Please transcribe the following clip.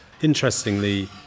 Interestingly